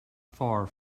far